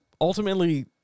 ultimately